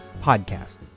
Podcast